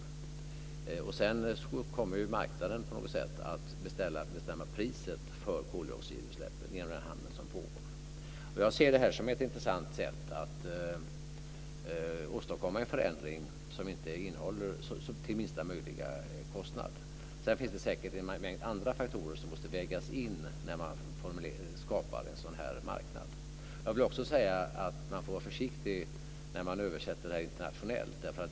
Marknaden kommer att på något sätt bestämma priset för koldioxidutsläppen när det gäller den handel som pågår Jag ser det här som ett intressant sätt att åstadkomma en förändring till minsta möjliga kostnad. Det finns säkert en mängd andra faktorer som måste vägas in när man skapar en sådan här marknad. Man får vara försiktig när man översätter det här internationellt.